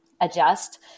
adjust